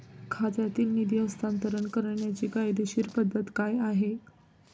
खात्यातील निधी हस्तांतर करण्याची कायदेशीर पद्धत काय आहे?